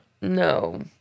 no